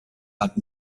hat